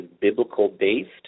biblical-based